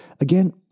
Again